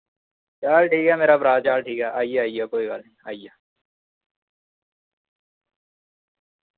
चल ठीक ऐ मेरे भ्राऽ चल ठीक ऐ आई जा आई जा कोई गल्ल निं आई जा